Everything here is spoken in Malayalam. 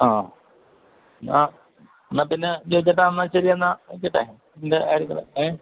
ആ ആ എന്നാല്പ്പിന്നെ ജോയിച്ചേട്ടാ എന്നാല് ശരിയെന്നാല് വയ്ക്കട്ടെ ഇതിൻ്റെ കാര്യങ്ങള് ഏ